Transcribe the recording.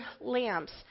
lamps